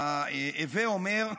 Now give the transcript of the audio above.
הווי אומר,